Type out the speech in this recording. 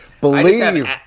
Believe